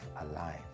alive